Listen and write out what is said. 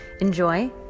Enjoy